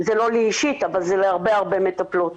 וזה להרבה מטפלות.